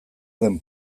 den